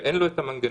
אין לו את המנגנון.